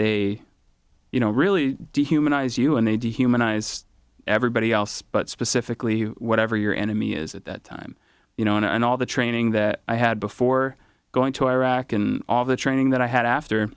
they you know really dehumanize you and they did humanize everybody else but specifically whatever your enemy is at that time you know and all the training that i had before going to iraq and all the training that i had after